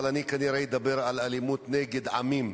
אבל אני כנראה אדבר על אלימות נגד עמים.